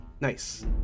Nice